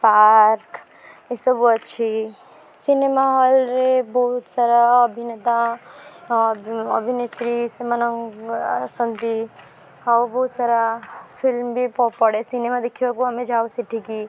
park ଏସବୁ ଅଛି cinema ହଲ୍ରେ ବହୁତସାରା ଅଭିନେତା ଅଭିନେତ୍ରୀ ସେମାନ ଆସନ୍ତି ଆଉ ବହୁତସାରା ଫିଲ୍ମ ବି ପଡ଼େ ସିନେମା ଦେଖିବାକୁ ଆମେ ଯାଉ ସେଠିକି